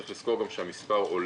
צריך לזכור גם שהמספר עולה,